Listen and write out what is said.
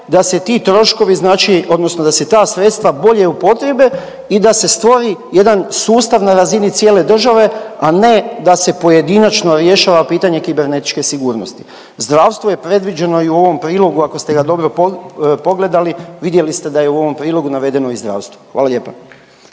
da se ti troškovi odnosno da se ta sredstva bolje upotrijebe i da se stvori jedan sustav na razini cijele države, a ne da se pojedinačno rješava pitanje kibernetičke sigurnosti. Zdravstvo je predviđeno i u ovom prilogu, ako ste ga dobro pogledali, vidjeli ste da je u ovom prilogu navedeno i zdravstvo. Hvala lijepa.